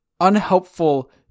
unhelpful